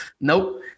Nope